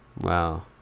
wow